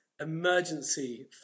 emergency